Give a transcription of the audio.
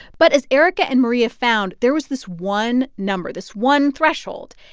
but as erica and maria found, there was this one number, this one threshold.